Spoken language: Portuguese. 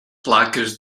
placas